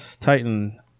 Titan